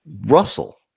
Russell